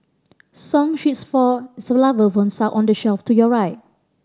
song sheets for xylophones are on the shelf to your right